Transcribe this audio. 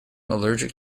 allergic